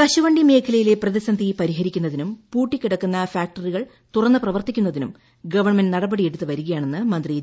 കശുവണ്ടി മേഖലയിലെ പ്രതിസന്ധി പരിഹരിക്കുന്നതിനും പൂട്ടിക്കിടക്കുന്ന ഫാക്ടറികൾ തുറന്ന് പ്രവർത്തിക്കുന്നതിനും ഗവൺമെന്റ് നടപടി എടുത്ത് വരികയാണെന്ന് മന്ത്രി ജെ